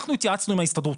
אנחנו התייעצנו עם ההסתדרות,